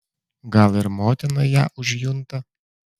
gal ir motina ją užjunta